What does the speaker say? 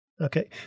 okay